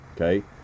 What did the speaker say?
okay